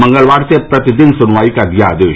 मंगलवार से प्रतिदिन सुनवाई का दिया आदेश